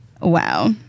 Wow